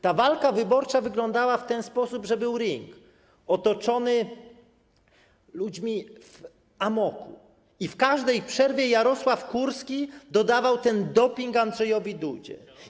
Ta walka wyborcza wyglądała w ten sposób, że był ring otoczony ludźmi w amoku i w każdej przerwie Jarosław Kurski dodawał ten doping Andrzejowi Dudzie.